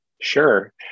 Sure